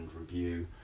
review